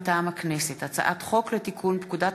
מטעם הכנסת: הצעת חוק לתיקון פקודת